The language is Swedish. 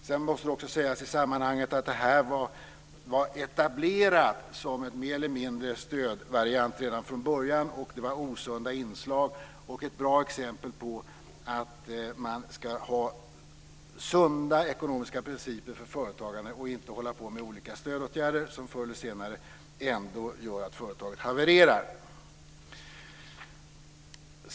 Sedan måste det också sägas i sammanhanget att detta var mer eller mindre etablerat som en stödvariant redan från början. Det fanns osunda inslag. Det är ett bra exempel på att man ska ha sunda ekonomiska principer för företagande och inte hålla på med olika stödåtgärder som förr eller senare ändå gör att företaget havererar.